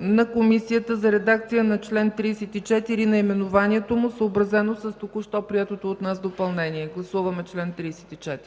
на Комисията за редакция на чл. 34 – наименованието му, съобразено с току-що приетото от нас допълнение. Гласуваме чл. 34.